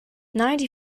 ninety